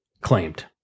claimed